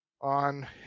on